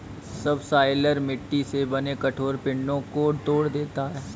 subsoiler मिट्टी से बने कठोर पिंडो को तोड़ देता है